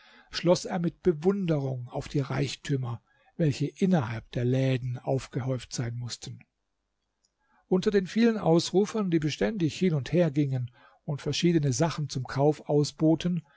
schloß er mit bewunderung auf die reichtümer welche innerhalb der läden aufgehäuft sein mußten unter den vielen ausrufern die beständig hin und her gingen und verschiedene sachen zum kauf ausboten